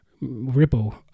ripple